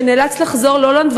שנאלץ לחזור להולנד,